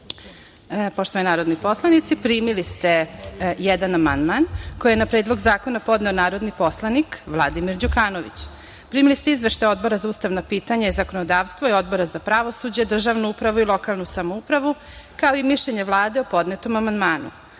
narodni poslanici primili ste jedan amandman, koji je na Predlog zakona podneo narodni poslanik Vladimir Đukanović. Primili ste izveštaj Odbora za ustavna pitanja i zakonodavstvo i Odbora za pravosuđe, državnu upravu i lokalnu samoupravu kao i mišljenje Vlade o podnetom amandmanu. Pošto